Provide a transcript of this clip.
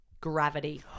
Gravity